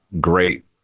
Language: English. great